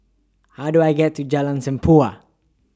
How Do I get to Jalan Tempua